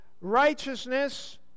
righteousness